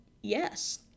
yes